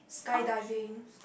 sky diving